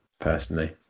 personally